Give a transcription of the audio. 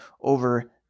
over